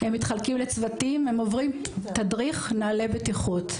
הם מתחלקים לצוותים והם עוברים תדריך נהלי בטיחות,